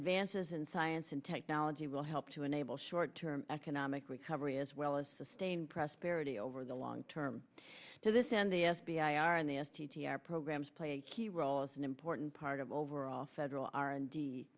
advances in science and technology will help to enable short term economic recovery as well as sustained prosperity over the long term to this and the f b i are in the s t t our programs play a key role as an important part of overall federal r and d